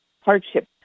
hardship